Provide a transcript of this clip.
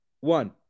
one